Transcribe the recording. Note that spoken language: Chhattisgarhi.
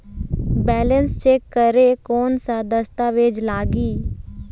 बैलेंस चेक करें कोन सा दस्तावेज लगी?